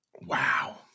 Wow